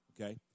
okay